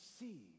see